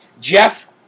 Jeff